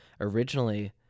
originally